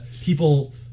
people